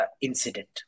incident